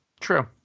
True